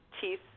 teeth